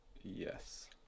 Yes